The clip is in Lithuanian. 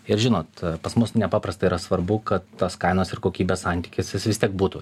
ir žinot pas mus nepaprastai yra svarbu kad tas kainos ir kokybės santykis jis vis tiek būtų